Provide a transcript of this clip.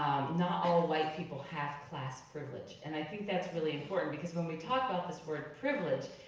not all white people have class privilege, and i think that's really important, because when we talk about this word privilege,